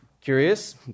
Curious